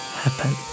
happen